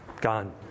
Gone